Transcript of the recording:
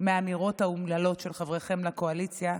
מהאמירות האומללות של חבריכם לקואליציה,